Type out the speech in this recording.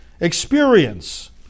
Experience